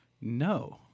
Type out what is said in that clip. no